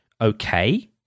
okay